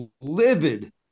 livid